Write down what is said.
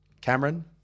Cameron